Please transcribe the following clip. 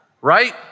Right